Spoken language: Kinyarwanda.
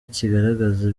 kigaragaza